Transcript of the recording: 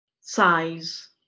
size